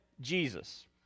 Jesus